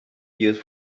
used